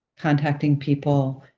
contacting people